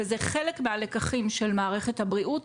וזה חלק מהלקחים של מערכת הבריאות,